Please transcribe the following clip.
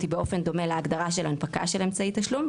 באופן דומה להגדרה של הנפקה של אמצעי תשלום,